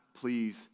please